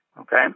Okay